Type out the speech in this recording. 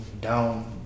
down